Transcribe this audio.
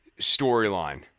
storyline